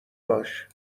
باش